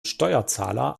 steuerzahler